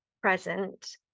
present